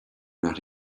not